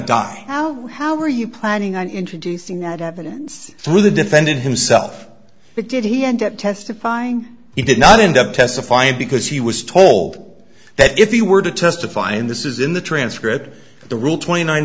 die how how were you planning on introducing that evidence through the defendant himself but did he end up testifying he did not end up testifying because he was told that if he were to testify in this is in the transcript the rule twenty nine